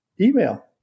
email